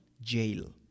jail